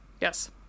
Yes